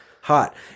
hot